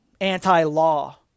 anti-law